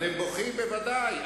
אתם בוכים, ודאי.